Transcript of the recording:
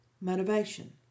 Motivation